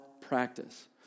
practice